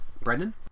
Brendan